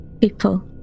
people